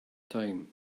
time